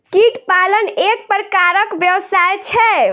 कीट पालन एक प्रकारक व्यवसाय छै